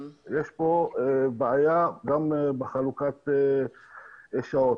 יש פה בעיה גם בחלוקת השעות.